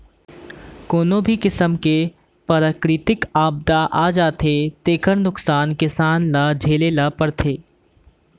कोनो भी किसम के पराकिरितिक आपदा आ जाथे तेखर नुकसानी किसान ल झेले ल परथे